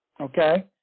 Okay